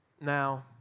Now